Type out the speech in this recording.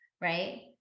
right